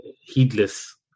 heedless